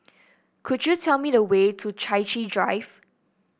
could you tell me the way to Chai Chee Drive